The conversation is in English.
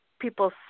people